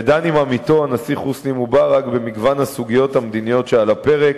ודן עם עמיתו הנשיא חוסני מובארק במגוון הסוגיות המדיניות שעל הפרק,